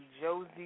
Josie